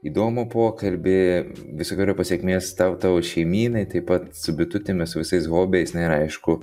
įdomų pokalbį visokeriopos sėkmės tau tavo šeimynai taip pat su bitutėmis visais hobiais na ir aišku